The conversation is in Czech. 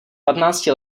patnácti